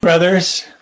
Brothers